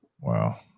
Wow